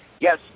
yes